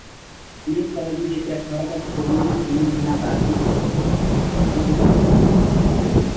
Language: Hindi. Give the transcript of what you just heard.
नहीं सर अभी जैसे अठारह वर्ष होने में तीन महीना बाकी है